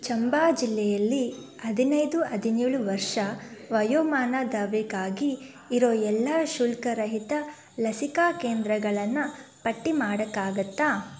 ಚಂಬಾ ಜಿಲ್ಲೆಯಲ್ಲಿ ಹದಿನೈದು ಹದಿನೇಳು ವರ್ಷ ವಯೋಮಾನದವರಿಗಾಗಿ ಇರೋ ಎಲ್ಲ ಶುಲ್ಕರಹಿತ ಲಸಿಕಾ ಕೇಂದ್ರಗಳನ್ನು ಪಟ್ಟಿ ಮಾಡೋಕ್ಕಾಗತ್ತಾ